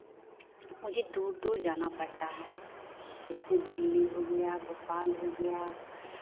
मुझे दूर दूर जाना पड़ता है जैसे दिल्ली हो गया भोपाल हो गया